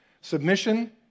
Submission